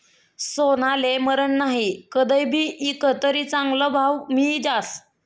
सोनाले मरन नही, कदय भी ईकं तरी चांगला भाव मियी जास